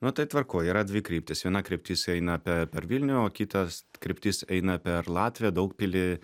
nu tai tvarkoj yra dvi kryptys viena kryptis eina pe per vilnių o kitas kryptis eina per latviją daugpilį